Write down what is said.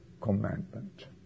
commandment